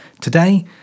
Today